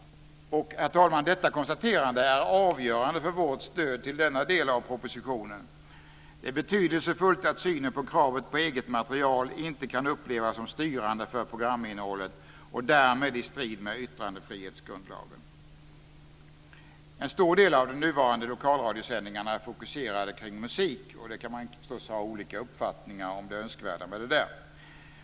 Herr talman! Detta konstaterande är avgörande för vårt stöd till denna del av propositionen. Det är betydelsefullt att synen på kravet på eget material inte kan upplevas som styrande för programinnehållet och därmed i strid med yttrandefrihetsgrundlagen. En stor del av de nuvarande lokalradiosändningarna är fokuserade på musik, och man kan förstås ha olika uppfattningar om det önskvärda med detta.